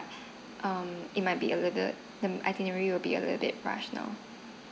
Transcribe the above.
um it might be a little bit the itinerary will be a little bit rush now